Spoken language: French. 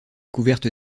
couverte